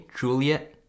juliet